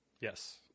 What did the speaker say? Yes